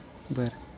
बरं